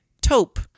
taupe